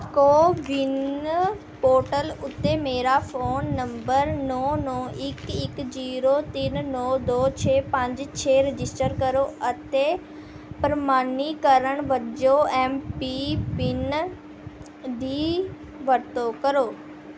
CoWIN portal ਉੱਤੇ ਮੇਰਾ phone number ਨੌ ਨੌ ਇੱਕ ਇੱਕ ਜ਼ੀਰੋ ਤਿੰਨ ਨੌ ਦੋ ਛੇ ਪੰਜ ਛੇ ਰਜਿਸਟਰ ਕਰੋ ਅਤੇ ਪ੍ਰਮਾਣੀਕਰਨ ਵਜੋਂ ਐੱਮ ਪੀ ਪਿੰਨ ਦੀ ਵਰਤੋਂ ਕਰੋ